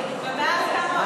ומאז כמה עוד, ?